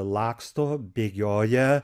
laksto bėgioja